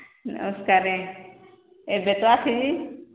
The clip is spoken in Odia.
ନମସ୍କାରେ ଏବେ ତ ଆସିଲି